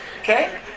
Okay